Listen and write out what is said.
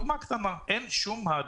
לא רציתי שתביא דוגמה כזו כי אתה מחזק את